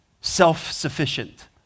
Self-sufficient